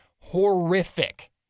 horrific